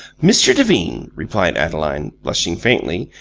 mr. devine, replied adeline, blushing faintly,